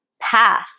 path